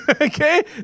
okay